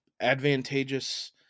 advantageous